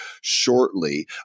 shortly